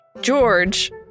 George